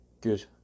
good